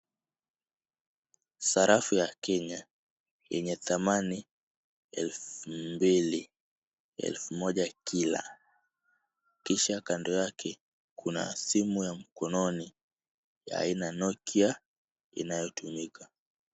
Sarafu ya Kenya yenye thamani elfu mbili ,elfu moja Kila. Kisha kando yake kuna simu ya mkononi ya aina Nokia inayotumika.